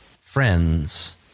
friends